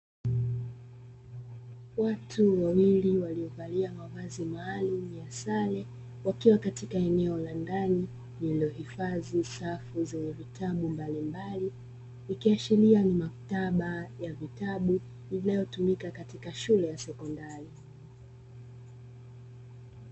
Watu wawili waliovalia mavazi maalumu ya sare wakiwa katika eneo la ndani lililohifadhi safu zenye vitabu mbalimbali, ikiashiria ni maktaba ya vitabu inayotumika katika shule ya sekondari.